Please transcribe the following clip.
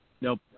Nope